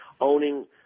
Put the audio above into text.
owning